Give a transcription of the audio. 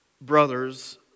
brothers